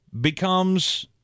becomes